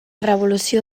revolució